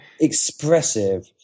expressive